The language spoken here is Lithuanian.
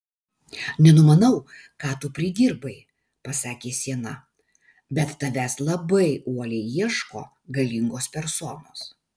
nenumanau ką tu pridirbai pasakė siena bet tavęs labai uoliai ieško galingos personos